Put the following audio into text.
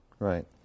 Right